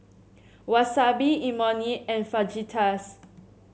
Wasabi Imoni and Fajitas